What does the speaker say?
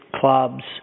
clubs